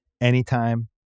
Anytime